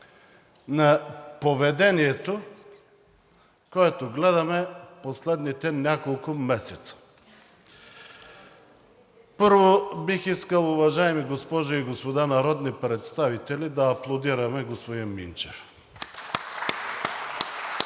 на поведението, което гледаме последните няколко месеца. Първо, бих искал, уважаеми госпожи и господа народни представители, да аплодираме господин Минчев.